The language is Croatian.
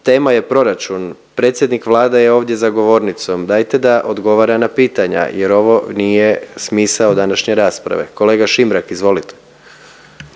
tema je proračun, predsjednik Vlade je ovdje za govornicom, dajte da odgovara na pitanja jer ovo nije smisao današnje rasprave. Kolega Šimrak, izvolite.